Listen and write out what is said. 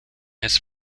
his